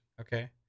okay